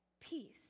peace